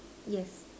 yes